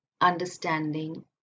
understanding